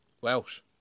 Welsh